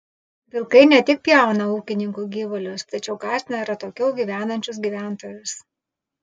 vilkai ne tik pjauna ūkininkų gyvulius tačiau gąsdina ir atokiau gyvenančius gyventojus